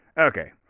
Okay